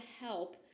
help